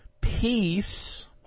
peace